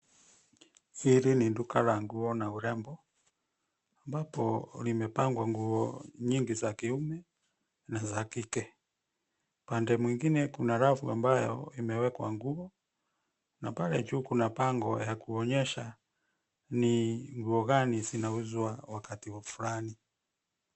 Hili ni duka la nguo na urembo. Mbapo limepangwa nguo nyingi za kiume na za kike. Pande mwingine kuna rafu ambayo imewekwa nguo na pale juu kuna bango ya kuhonyesha ni nguo gani zinauzwa wakati fulani.